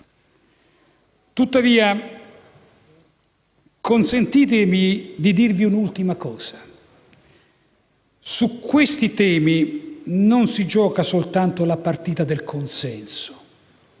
Tuttavia, consentitemi di dirvi un'ultima cosa: su questi temi non si gioca soltanto la partita del consenso.